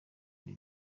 bihe